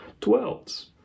dwelt